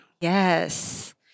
Yes